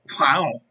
Wow